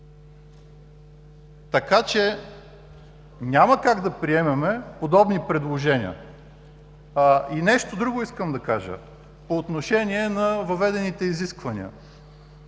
Няма как да приемем подобни предложения! И нещо друго искам да кажа по отношение на въведените изисквания.